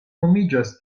nomiĝas